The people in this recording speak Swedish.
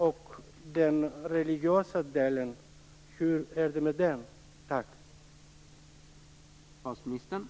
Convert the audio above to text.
Och hur är det med den religiösa delen?